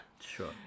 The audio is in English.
Sure